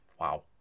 wow